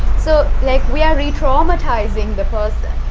so like, we're re-traumatizing the process.